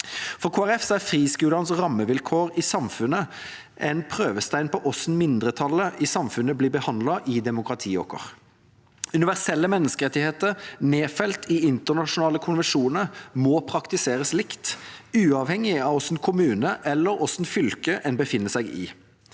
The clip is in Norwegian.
Folkeparti er friskolenes rammevilkår i samfunnet en prøvestein på hvordan mindretallet i samfunnet blir behandlet i demokratiet vårt. Universelle menneskerettigheter, nedfelt i internasjonale konvensjoner, må praktiseres likt, uavhengig av hvilken kommune eller hvilket fylke en befinner seg i.